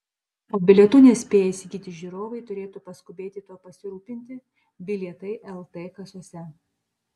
o bilietų nespėję įsigyti žiūrovai turėtų paskubėti tuo pasirūpinti bilietai lt kasose